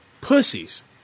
pussies